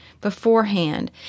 beforehand